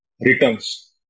returns